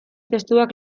testuak